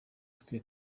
twe